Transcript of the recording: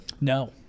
No